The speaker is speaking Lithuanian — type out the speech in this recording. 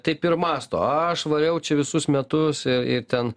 taip ir mąsto aš variau čia visus metus ir ir ten